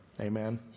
Amen